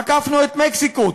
עקפנו את מקסיקו,